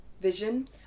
vision